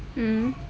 mm